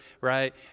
right